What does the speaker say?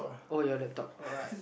oh ya laptop alright